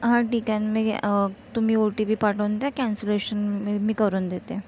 हां ठीक आहे नाही आहे तुम्ही ओ टी पी पाठवून द्या कॅन्सलेशन मी करून देते